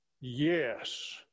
yes